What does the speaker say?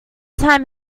time